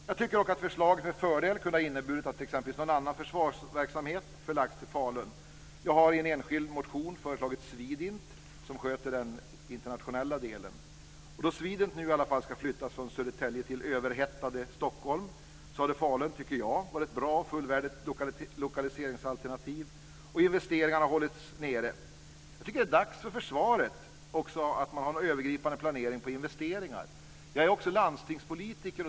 Jag tycker dock att förslaget med fördel kunde ha inneburit att t.ex. någon annan försvarsverksamhet förlagts till Falun. Jag har i en enskild motion föreslagit SWEDINT, som sköter den internationella delen. Då SWEDINT nu i alla fall ska flyttas från Södertälje till överhettade Stockholm tycker jag att Falun hade varit ett bra och fullvärdigt lokaliseringsalternativ, och investeringarna hade hållits nere. Jag tycker att det är dags för försvaret att också ha en övergripande planering för investeringar. Jag är också landstingspolitiker.